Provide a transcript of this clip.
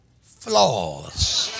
flaws